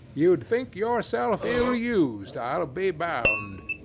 you'd think yourself ill-used, i'll be bound?